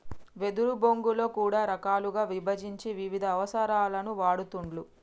వెదురు బొంగులో కూడా రకాలుగా విభజించి వివిధ అవసరాలకు వాడుతూండ్లు